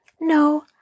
no—